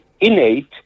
innate